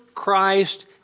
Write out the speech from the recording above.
Christ